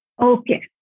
Okay